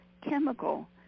chemical